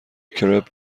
کرپ